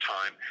Time